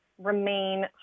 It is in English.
Remain